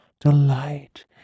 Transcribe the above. delight